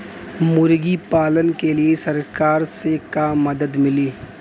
मुर्गी पालन के लीए सरकार से का मदद मिली?